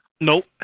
Nope